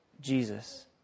Jesus